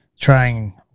trying